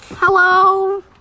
Hello